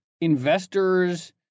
investors